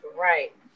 Right